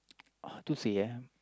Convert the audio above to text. how to say eh